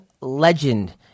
legend